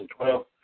2012